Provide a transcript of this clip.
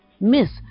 Miss